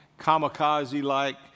kamikaze-like